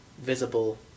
visible